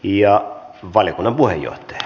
ian valiokunnan puheenjohtaja